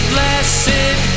blessed